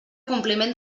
compliment